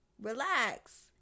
Relax